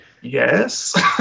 Yes